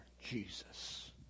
Jesus